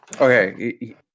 Okay